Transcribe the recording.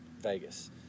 Vegas